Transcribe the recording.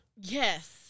Yes